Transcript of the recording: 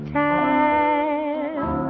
time